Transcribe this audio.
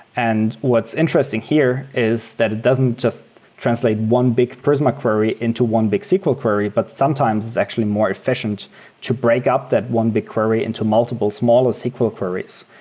and what's interesting here is that it doesn't just translate one big prisma query into one big sql query, query, but sometimes it's actually more efficient to break up that one bit query into multiple smaller sql queries,